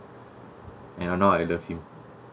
and now I love him